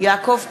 יעקב פרי,